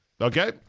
Okay